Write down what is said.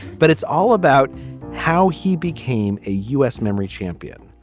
but it's all about how he became a u s. memory champion.